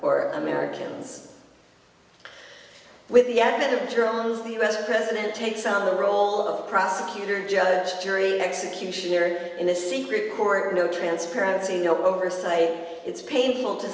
or americans with the advent of drones the u s president takes on the role of prosecutor judge jury and executioner in a secret court no transparency no oversight it's painful to